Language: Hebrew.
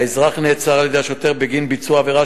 האזרח נעצר על-ידי השוטר בגין ביצוע עבירה